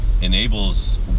enables